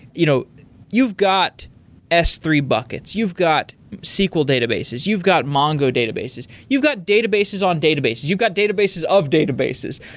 you know you've got s three buckets. you've got sql databases. you've got mongo databases. you've got databases on databases. you've got databases of databases.